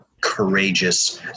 courageous